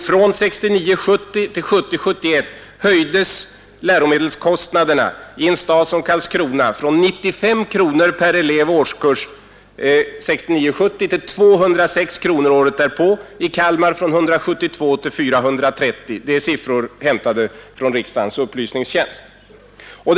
Från 1969 71 höjdes kostnaderna för fria läroböcker på högstadiet i Karlskrona från 95 kronor per elev och årskurs till 206 kronor, och i Kalmar från 172 kronor till 430. Det är siffror som hämtats från riksdagens upplysningstjänst och gäller årskurs 7.